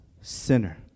sinner